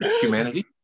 humanity